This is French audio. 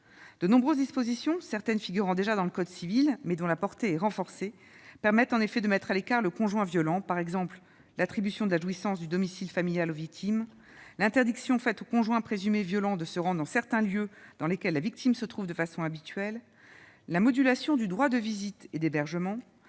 De nombreuses dispositions- certaines figurent déjà dans le code civil, mais leur portée est renforcée -permettent de mettre à l'écart le conjoint violent, qu'il s'agisse de l'attribution de la jouissance du domicile familial aux victimes, de l'interdiction faite au conjoint présumé violent de se rendre dans certains lieux que la victime fréquente de façon habituelle, de la modulation du droit de visite et d'hébergement,